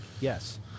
yes